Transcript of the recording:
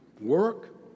work